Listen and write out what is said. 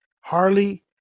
Harley